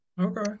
Okay